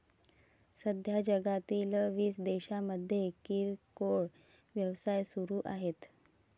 सध्या जगातील वीस देशांमध्ये किरकोळ व्यवसाय सुरू आहेत